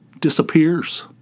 disappears